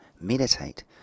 meditate